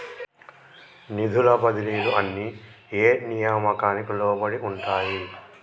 నిధుల బదిలీలు అన్ని ఏ నియామకానికి లోబడి ఉంటాయి?